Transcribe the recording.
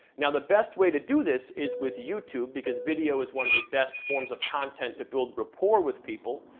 now the best way to do this is with youtube because video is one of the best forms of content to build rapport with people,